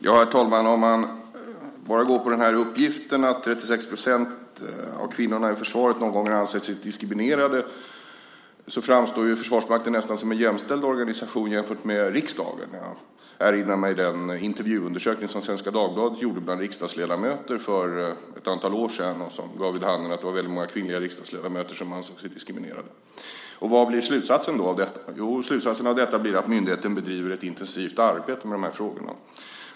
Herr talman! Om man bara ser till uppgiften att 36 % av kvinnorna inom försvaret har ansett sig diskriminerade någon gång framstår Försvarsmakten nästan som en jämställd organisation jämfört med riksdagen. Jag erinrar mig den intervjuundersökning som Svenska Dagbladet gjorde bland riksdagsledamöter för ett antal år sedan. Den gav vid handen att många kvinnliga riksdagsledamöter ansåg sig diskriminerade. Vad blir slutsatsen av detta? Jo, slutsatsen av detta blir att myndigheten bedriver ett intensivt arbete med de här frågorna.